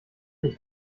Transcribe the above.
ich